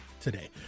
today